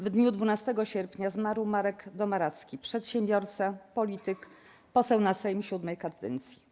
W dniu 12 sierpnia zmarł Marek Domaracki - przedsiębiorca, polityk, poseł na Sejm VII kadencji.